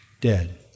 dead